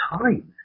time